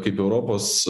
kaip europos